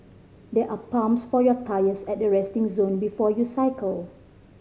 there are pumps for your tyres at the resting zone before you cycle